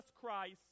Christ